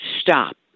stop